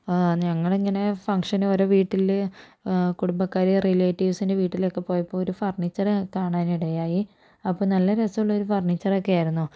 ഞങ്ങളിങ്ങനെ ഫങ്ക്ഷന് ഒരു വീട്ടില് കുടുംബക്കാര് റിലേറ്റീവ്സിൻ്റെ വീട്ടിലൊക്കെ പോയപ്പോൾ ഒരു ഫർണീച്ചറ് കാണാൻ ഇടയായി അപ്പം നല്ല രസമുള്ളൊരു ഫർണീച്ചറോക്കെ ആയിരുന്നു